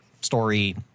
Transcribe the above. story